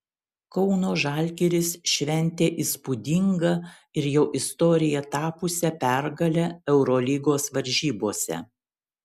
kauno žalgiris šventė įspūdingą ir jau istorija tapusią pergalę eurolygos varžybose